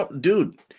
dude